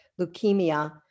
leukemia